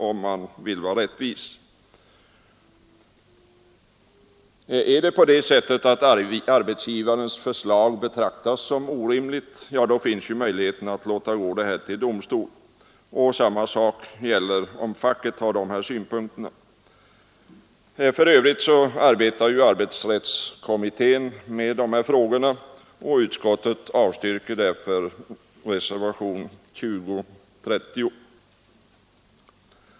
Om arbetsgivarens förslag betraktas som orimligt finns ju möjligheten att låta fallet gå till domstol. Samma sak gäller om facket framför dessa synpunkter. För övrigt kan sägas att arbetsrättskommittén arbetar med dessa frågor, och utskottet avstyrker därför motionen 2030.